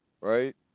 right